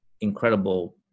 incredible